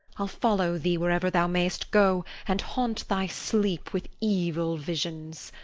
i'll follow thee wherever thou mayst go, and haunt thy sleep with evil visions.